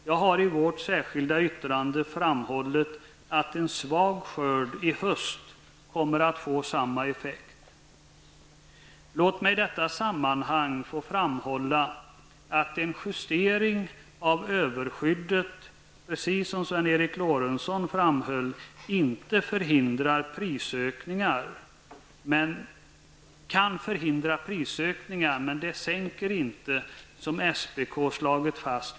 Jag har i vårt särskilda yttrande framhållit att en svag skörd i höst kommer att få samma effekt. Låt mig i detta sammanhang få framhålla att en justering av överskyddet, precis som Sven Eric Lorentzon framhöll, kan förhindra prisökningar, men det sänker inte konsumentpriserna, som SPK slagit fast.